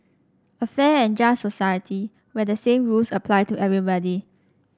a fair and just society where the same rules apply to everybody